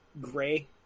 gray